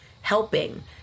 helping